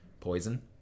Poison